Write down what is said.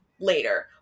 later